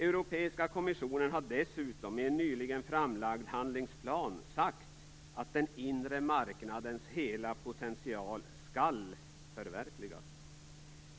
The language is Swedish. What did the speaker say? Europeiska kommissionen har dessutom i en nyligen framlagd handlingsplan sagt att den inre marknadens hela potential skall förverkligas.